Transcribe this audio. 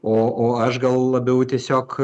o o aš gal labiau tiesiog